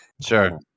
Sure